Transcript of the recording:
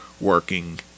working